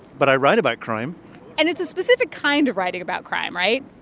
but i write about crime and it's a specific kind of writing about crime, right?